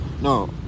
No